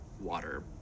water